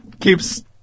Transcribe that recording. keeps